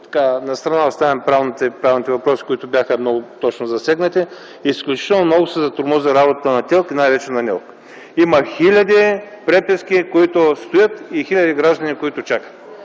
настрана правните въпроси, които бяха много точно засегнати, изключително много се затормозва работата на ТЕЛК и най-вече на НЕЛК. Има хиляди преписки, които стоят, и хиляди граждани, които чакат.